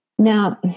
Now